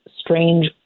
strange